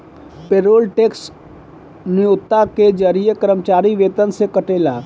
payroll tax न्योता के जरिए कर्मचारी वेतन से कटेला